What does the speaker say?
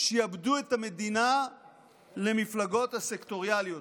שעבדו את המדינה למפלגות הסקטוריאליות.